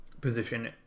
position